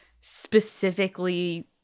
specifically